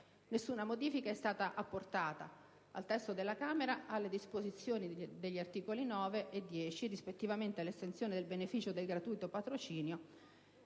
Nessuna modifica, infine, è stata apportata al testo della Camera alle disposizioni di cui agli articoli 9 e 10, recanti rispettivamente l'estensione del beneficio del gratuito patrocinio